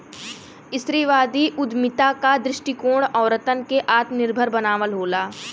स्त्रीवादी उद्यमिता क दृष्टिकोण औरतन के आत्मनिर्भर बनावल होला